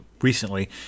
recently